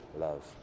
love